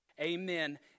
Amen